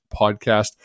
podcast